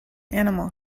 animal